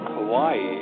Hawaii